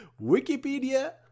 wikipedia